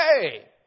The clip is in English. Hey